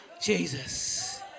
Jesus